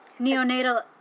neonatal